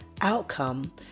outcome